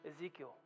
Ezekiel